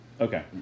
Okay